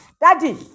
Daddy